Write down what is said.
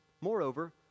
Moreover